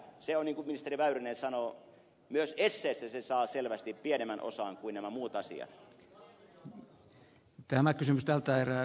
se loppupää niin kuin ministeri väyrynen sanoo myös esseessä saa selvästi pienemmän osan kuin nämä muut asiat